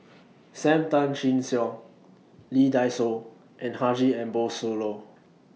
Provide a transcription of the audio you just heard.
SAM Tan Chin Siong Lee Dai Soh and Haji Ambo Sooloh